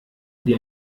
die